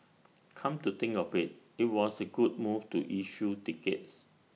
come to think of IT it was A good move to issue tickets